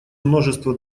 множество